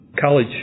college